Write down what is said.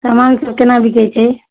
समान सब कोना बिकै छै